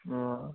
ও